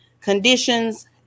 conditions